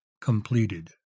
completed